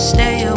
Stay